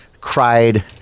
cried